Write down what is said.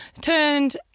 turned